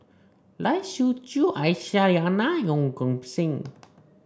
Lai Siu Chiu Aisyah Lyana and Ong Kim Seng